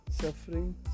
suffering